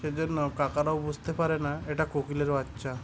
এই জন্য কাকেরাও বুঝতে পারে না এটা কোকিলের বাচ্চা